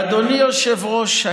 אדוני היושב-ראש,